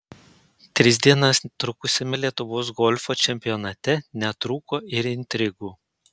tris dienas trukusiame lietuvos golfo čempionate netrūko ir intrigų